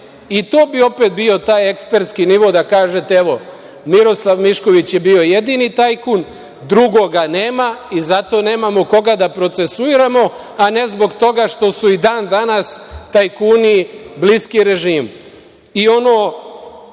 To bi opet bio taj ekspertski nivo, da kažete, evo, Miroslav Mišković je bio jedini tajkun, drugoga nema i zato nemamo koga da procesuiramo, a ne zbog toga što su i dan danas tajkuni bliski režimu. Ono,